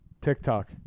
tiktok